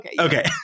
Okay